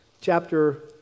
chapter